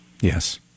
Yes